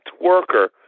worker